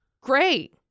Great